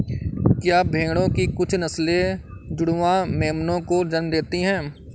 क्या भेड़ों की कुछ नस्लें जुड़वा मेमनों को जन्म देती हैं?